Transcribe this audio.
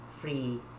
free